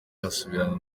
asubirana